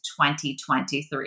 2023